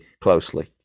closely